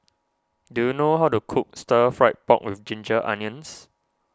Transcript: do you know how to cook Stir Fried Pork with Ginger Onions